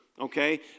Okay